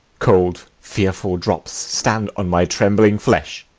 cold fearful drops stand on my trembling flesh.